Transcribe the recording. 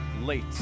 late